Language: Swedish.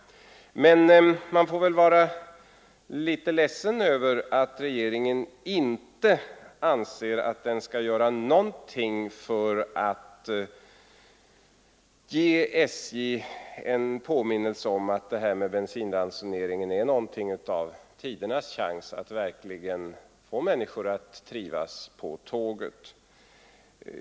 Men man får väl vara lite ledsen över att regeringen inte anser att den bör göra någonting för att ge SJ en påminnelse om att bensinransoneringen är något av tidernas chans att verkligen få människor att trivas på tåget.